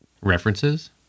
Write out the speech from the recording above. References